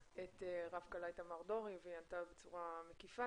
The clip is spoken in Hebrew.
רב כלאי תמר דורי והיא ענתה בצורה מקיפה,